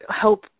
help